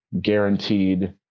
guaranteed